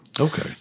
Okay